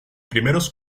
primeros